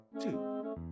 two